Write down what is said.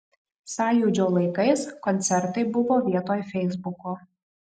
sąjūdžio laikais koncertai buvo vietoj feisbuko